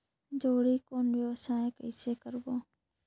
जोणी कौन व्यवसाय कइसे करबो?